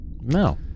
No